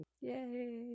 Yay